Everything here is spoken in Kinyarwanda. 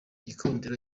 gikundiro